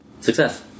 Success